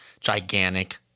gigantic